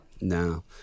no